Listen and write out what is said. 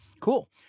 Cool